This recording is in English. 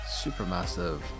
Supermassive